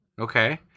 Okay